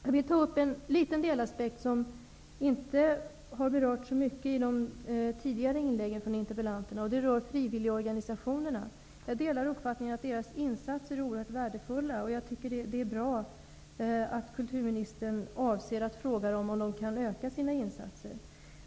Jag vill ta upp en liten delaspekt som inte har berörts så mycket i de tidigare inläggen från interpellanterna, nämligen frivilligorganisationerna. Jag delar uppfattningen att deras insatser är oerhört värdefulla, och jag tycker att det är bra att kulturministern avser att fråga dem om de kan öka sina insatser.